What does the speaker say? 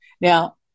Now